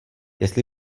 jestli